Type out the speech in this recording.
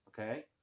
Okay